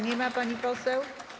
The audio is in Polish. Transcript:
Nie ma pani poseł.